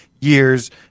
years